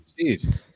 Jeez